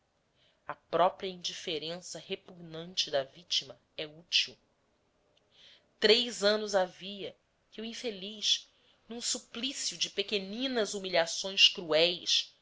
a própria indiferença repugnante da vitima é útil três anos havia que o infeliz num suplício de pequeninas humilhações cruéis